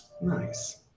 Nice